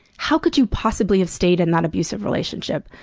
how could you possibly have stayed in that abusive relationship?